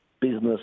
business